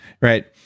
right